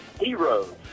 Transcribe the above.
Heroes